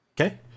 Okay